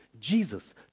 Jesus